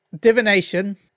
Divination